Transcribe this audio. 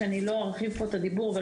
שאני לא ארחיב פה את הדיבור עליהם,